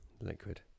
liquid